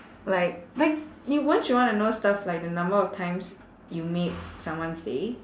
like like you won't you want to know stuff like the number of times you made someone's day